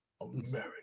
America